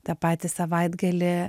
tą patį savaitgalį